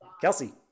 Kelsey